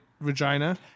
vagina